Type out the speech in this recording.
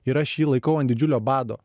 ir aš jį laikau ant didžiulio bado